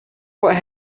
what